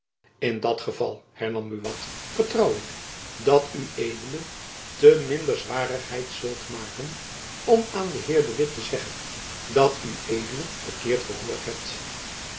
in dat geval hernam buat vertrouw ik dat ued te minder zwarigheid zult maken om aan den heer de witt te zeggen dat ued verkeerd gehoord hebt